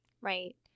Right